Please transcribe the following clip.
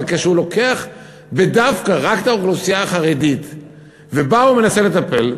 אבל כשהוא לוקח בדווקא רק את האוכלוסייה החרדית ובה הוא מנסה לטפל,